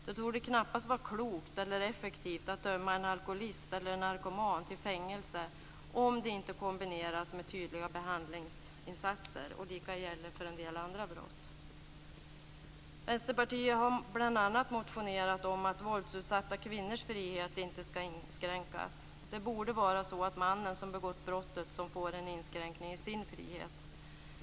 Det torde knappast vara klokt eller effektivt att döma en alkoholist eller en narkoman till fängelse om det inte kombineras med tydliga behandlingsinsatser. Lika gäller för en del andra brott. Vänsterpartiet har bl.a. motionerat om att våldsutsatta kvinnors frihet inte ska inskränkas. Det borde vara så att mannen som begått brottet får en inskränkning i sin frihet.